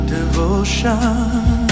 Devotion